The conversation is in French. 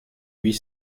huit